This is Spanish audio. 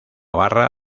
barra